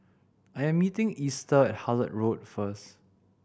I am meeting Easter at Hullet Road first